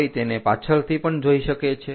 કોઈ તેને પાછળથી પણ જોઈ શકે છે